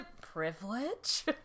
privilege